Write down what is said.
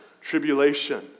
tribulation